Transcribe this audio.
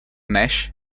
nash